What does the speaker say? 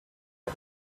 hid